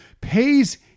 pays